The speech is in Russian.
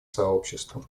сообществу